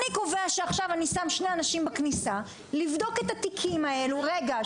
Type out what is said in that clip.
אני קובע שאני עכשיו שם שני אנשים בכניסה לבדוק את התיקים האלה רגע,